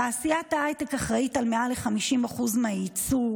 תעשיית ההייטק אחראית למעל ל-50% מהיצוא,